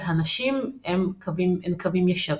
והנשים הן קווים ישרים.